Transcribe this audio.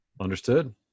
Understood